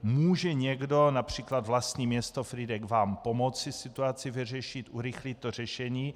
Může někdo, například vlastní město Frýdek, vám pomoci situaci vyřešit, urychlit řešení?